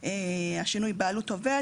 השינוי בעלות עובד.